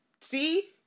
See